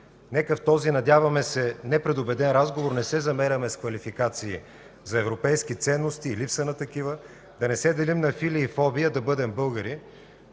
Нека в този, надяваме се, непредубеден разговор не се замеряме с квалификации за европейски ценности и липса на такива, да не се делим на фили и фоби, а да бъдем българи,